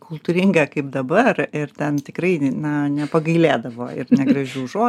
kultūringa kaip dabar ir ten tikrai na nepagailėdavo ir negražių žo